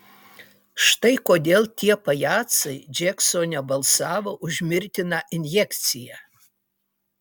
štai kodėl tie pajacai džeksone balsavo už mirtiną injekciją